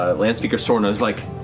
ah landspeaker soorna's like,